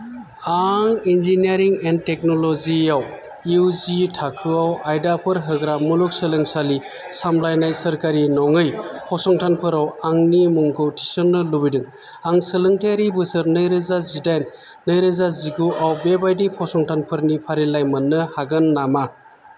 आं engineering and technology आव इउ जि थाखोआव आयदाफोर होग्रा मुलुगसोलोंसालि सामलायनाय सोरखारि नङै फसंथानफोराव आंनि मुंखौ थिसन्नो लुबैदों आं सोलोंथायारि बोसोर नैरोजा जिदाइन नैरोजा जिगु आव बेबायदि फसंथानफोरनि फारिलाइ मोन्नो हागोन नामा